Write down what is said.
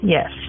Yes